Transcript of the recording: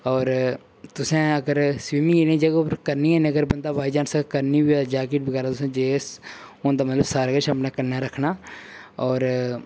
होर तुसें अगर स्वीमिंग इ'नें जगह् उप्पर करनी ऐ बंदा बाय चान्स करनी होऐ जैकेट बगैरा तुसें जे किश होंदा मतलब सारा किश तुसें अपने कन्नै रक्खना होर